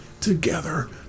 together